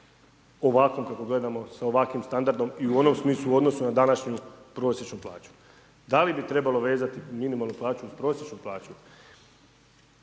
ovakvom kako gledamo sa ovakvim standardom i u onom smislu u odnosu na današnju prosječnu plaću. Da li bi trebalo vezati minimalnu plaću uz prosječnu plaću?